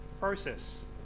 process